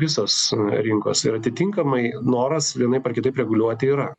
visos rinkos ir atitinkamai noras vienaip ar kitaip reguliuoti yra